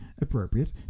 appropriate